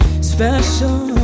special